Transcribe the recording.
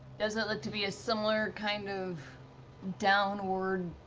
does it look to be a similar kind of downward